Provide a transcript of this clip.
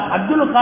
Abdul